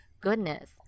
Goodness